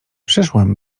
przyszłam